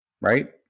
right